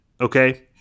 okay